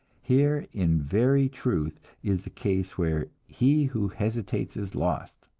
here in very truth is a case where he who hesitates is lost!